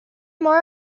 more